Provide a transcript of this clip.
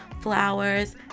flowers